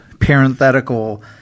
parenthetical